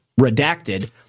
Redacted